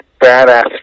badass